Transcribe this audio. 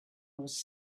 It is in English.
was